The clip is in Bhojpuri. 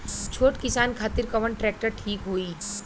छोट किसान खातिर कवन ट्रेक्टर ठीक होई?